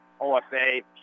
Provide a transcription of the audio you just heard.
OFA